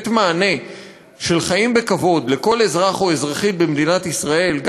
לתת מענה של חיים בכבוד לכל אזרח ואזרחית במדינת ישראל,